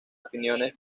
opiniones